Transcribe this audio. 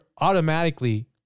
automatically